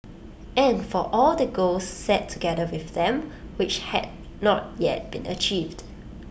and for all the goals set together with them which had not yet been achieved